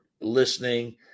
listening